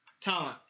Talent